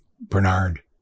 Bernard